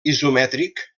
isomètric